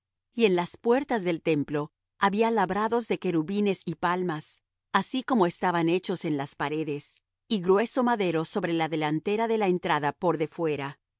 y en las puertas del templo había labrados de querubines y palmas así como estaban hechos en las paredes y grueso madero sobre la delantera de la entrada por de fuera